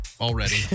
already